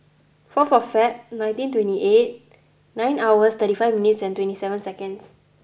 four of Feb nineteen twenty eight nine hours thirty five minutes and twenty seven seconds